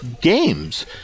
games